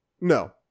No